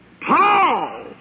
Paul